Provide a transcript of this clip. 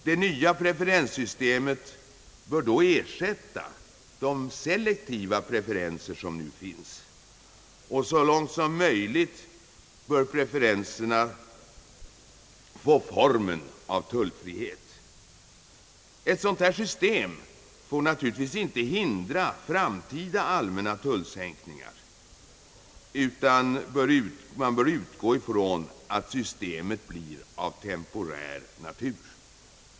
Det nya preferenssystemet bör ersätta de selektiva preferenser som nu finns, och så långt möjligt bör preferenserna få formen av tullfrihet. Ett sådant system får naturligtvis inte hindra framtida allmänna tullsänkningar, utan man bör utgå från att systemet blir av temporär natur.